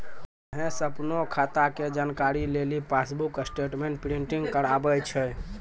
महेश अपनो खाता के जानकारी लेली पासबुक स्टेटमेंट प्रिंटिंग कराबै छै